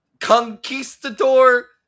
conquistador